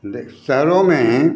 देख शहरों में